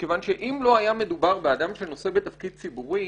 מכיוון שאם לא היה מדובר באדם שנושא תפקיד ציבורי